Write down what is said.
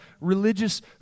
religious